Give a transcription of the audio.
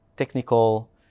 technical